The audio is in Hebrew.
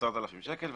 10,000 שקל,